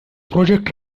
project